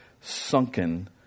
sunken